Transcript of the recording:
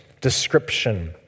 description